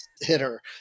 Hitter